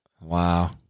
Wow